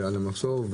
על המחסור.